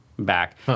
back